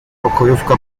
pokojówka